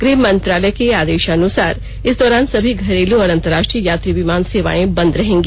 गृह मंत्रालय के आदेशानुसार इस दौरान सभी घरेलू और अंतर्राष्ट्रीय यात्री विमान सेवाए बंद रहेगी